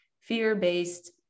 fear-based